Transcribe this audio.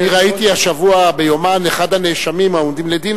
אני ראיתי השבוע ב"יומן" אחד הנאשמים העומדים לדין